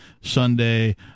sunday